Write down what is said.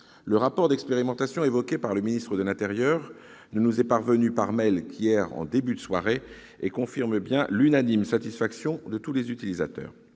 Le rapport d'expérimentation évoqué par le ministre de l'intérieur ne nous est parvenu, par mail, qu'hier en début de soirée. Il confirme bien l'unanime satisfaction des utilisateurs.